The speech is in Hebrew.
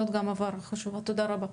בסדר גמור, זאת גם הבהרה חשובה, תודה רבה.